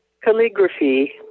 calligraphy